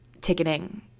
ticketing